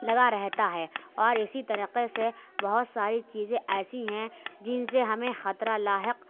لگا رہتا ہے اور اِسی طریقے سے بہت ساری چیزیں ایسی ہیں جن سے ہمیں خطرہ لاحق